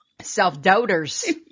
Self-doubters